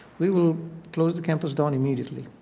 we will close the campus down immediately.